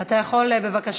אתה יכול מהדוכן,